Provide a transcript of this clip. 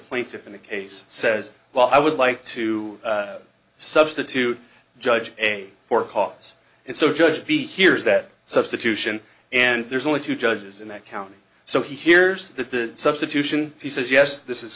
plaintiff in a case says well i would like to substitute judge a for cause and so judge be hears that substitution and there's only two judges in that county so he hears that the substitution he says yes this is